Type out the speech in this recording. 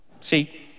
See